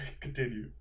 continue